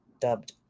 dubbed